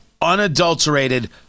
unadulterated